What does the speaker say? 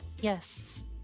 Yes